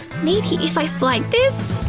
maybe if i slide this,